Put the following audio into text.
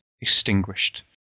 Extinguished